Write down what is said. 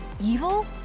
evil